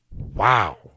Wow